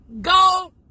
go